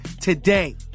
today